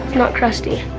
not crusty,